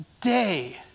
day